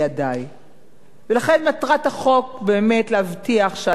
לכן מטרת החוק באמת להבטיח שהציבור הישראלי יוכל